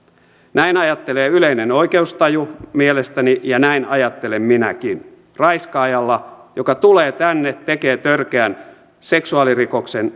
näin ajattelee yleinen oikeustaju mielestäni ja näin ajattelen minäkin raiskaajalla joka tulee tänne tekee törkeän seksuaalirikoksen